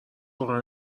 واقعا